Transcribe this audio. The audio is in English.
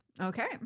Okay